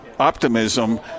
Optimism